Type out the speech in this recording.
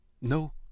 no